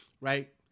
right